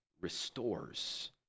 restores